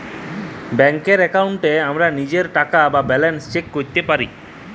ব্যাংকের এক্কাউন্টে আমরা লীজের টাকা বা ব্যালান্স চ্যাক ক্যরতে পারি